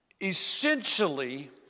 essentially